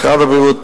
משרד הבריאות,